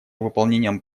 выполнением